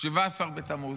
17 בתמוז.